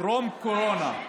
טרום-קורונה,